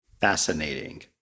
Fascinating